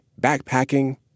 backpacking